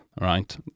right